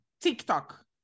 TikTok